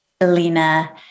Alina